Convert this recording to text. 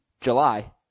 July